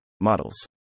models